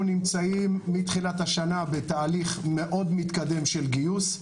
אנחנו נמצאים מתחילת השנה בתהליך מאוד מתקדם של גיוס.